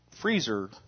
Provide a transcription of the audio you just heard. freezer